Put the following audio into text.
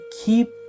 keep